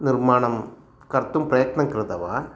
निर्माणं कर्तुं प्रयत्नं कृतवान्